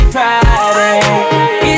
Friday